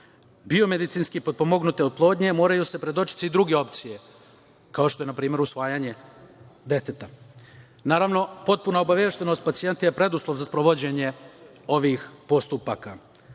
biomedicinski potpomogne oplodnje, moraju se predočiti druge opcije, kao što je na primer usvajanje deteta. Naravno, potpuna obaveštenost pacijenata je preduslov za sprovođenje ovih postupaka.